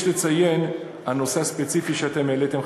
יש לציין לגבי הנושא הספציפי שאתם העליתם,